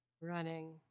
running